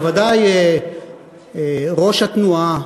בוודאי ראש התנועה,